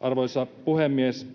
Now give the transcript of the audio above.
arvoisa puhemies,